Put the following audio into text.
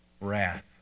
wrath